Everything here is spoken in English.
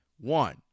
one